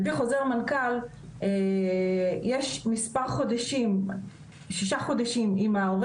על פי חוזר מנכ"ל יש שישה חודשים שאם ההורה